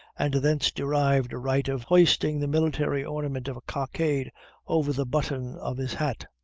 and thence derived a right of hoisting the military ornament of a cockade over the button of his hat.